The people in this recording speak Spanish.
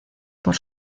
por